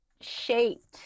shaped